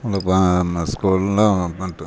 ഒന്ന് പിന്നെ സ്കൂളിൽ വന്നിട്ട്